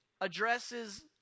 addresses